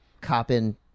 copping